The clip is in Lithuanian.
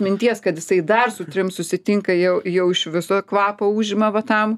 minties kad jisai dar su trim susitinka jau jau iš viso kvapą užima va tam